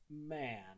man